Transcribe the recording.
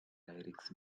lyrics